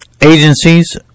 agencies